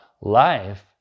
life